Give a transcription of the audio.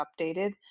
updated